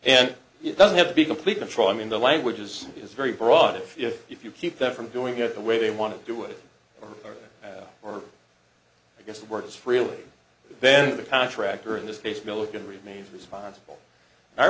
and it doesn't have to be complete control i mean the language is is very broad if if you keep them from doing it the way they want to do it or i guess it works for real then the contractor in this case milligan remains responsible our